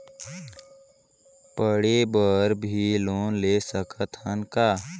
पढ़े बर भी लोन ले सकत हन का?